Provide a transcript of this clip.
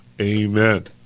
amen